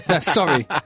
Sorry